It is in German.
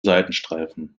seitenstreifen